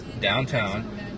downtown